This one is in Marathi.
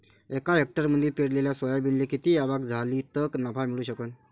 एका हेक्टरमंदी पेरलेल्या सोयाबीनले किती आवक झाली तं नफा मिळू शकन?